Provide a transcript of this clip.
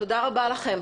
תודה רבה לכם.